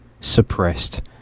suppressed